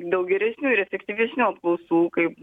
daug geresnių ir efektyvesnių apklausų kaip